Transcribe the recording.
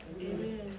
Amen